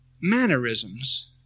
mannerisms